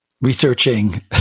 researching